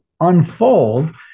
unfold